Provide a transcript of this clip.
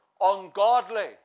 ungodly